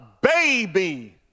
baby